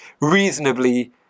reasonably